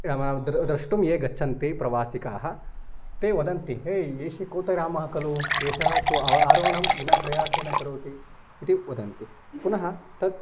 नाम द्र् द्रष्टुं ये गच्छन्ति प्रवासिकाः ते वदन्ति हेय् एषः कोतिरामः खलु एषः तु अ आरोहणं विना प्रयासेन करोति इति वदन्ति पुनः तत्